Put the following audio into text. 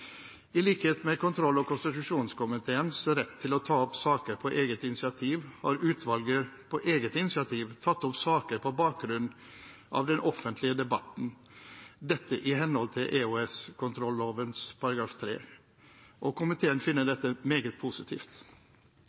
I likhet med kontroll- og konstitusjonskomiteens rett til å ta opp saker på eget initiativ har utvalget selv tatt opp saker på bakgrunn av den offentlige debatten – dette i henhold til EOS-kontrolloven § 3. Komiteen finner dette meget positivt.